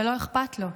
ולא אכפת לו,.